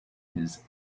his